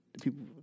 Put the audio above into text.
People